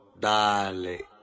dale